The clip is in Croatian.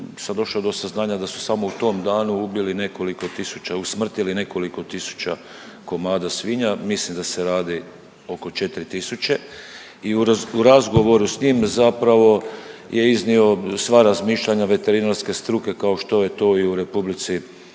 došao do saznanja da su samo u tom danu ubili nekoliko tisuća usmrtili nekoliko tisuća komada svinja, mislim da se radi oko 4.000 i u razgovoru s njim zapravo je iznio sva razmišljanja veterinarske struke kao što je to i u RH